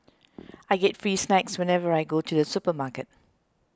I get free snacks whenever I go to the supermarket